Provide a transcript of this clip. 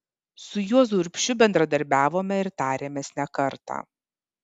su juozu urbšiu bendradarbiavome ir tarėmės ne kartą